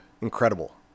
Incredible